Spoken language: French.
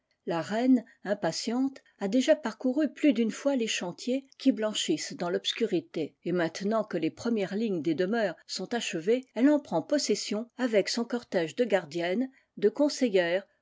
la reine impatiente a déjà parcouru plus d'une fois les chantiers qui blanchissent dans l'obscurité et maintenant que les premières lignes des demeures sont achevées elle en prend possession avec son cortège de gardiennes de conseillères